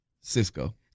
Cisco